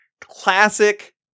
Classic